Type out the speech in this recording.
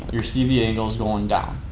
your cv angle is going down,